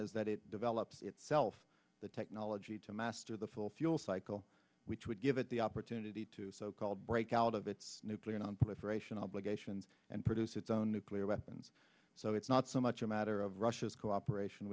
is that it develops itself the technology to master the full fuel cycle which would give it the opportunity to so called break out of its nuclear nonproliferation obligations and produce its own nuclear weapons so it's not so much a matter of russia's cooperation